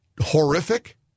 Horrific